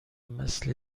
مثل